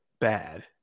bad